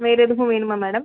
வேறு எதுவும் வேணுமா மேடம்